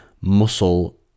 muscle